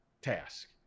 task